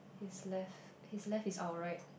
his his left is our right